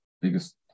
biggest